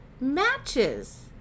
matches